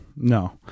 No